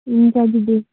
हुन्छ दिदी